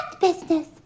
business